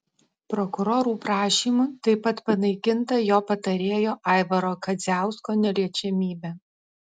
prokurorų prašymu taip pat panaikinta jo patarėjo aivaro kadziausko neliečiamybė